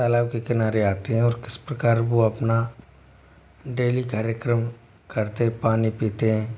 तालाब के किनारे आते हैं और किस प्रकार को अपना डेली कार्यक्रम करते पानी पीते हैं